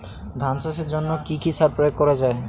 ধান চাষের জন্য কি কি সার প্রয়োগ করা য়ায়?